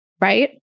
right